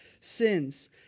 sins